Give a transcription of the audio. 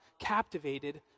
captivated